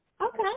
Okay